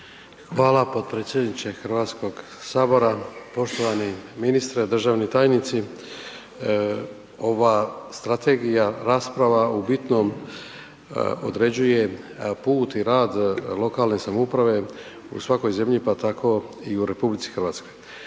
Hvala potpredsjedniče HS-a, poštovani ministre, državni tajnici. Ova strategija, rasprava u bitnom određuje put i rad lokalne samouprave u svakoj zemlji, pa tako i u RH. Moram kazati